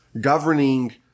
governing